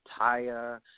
Taya